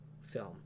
film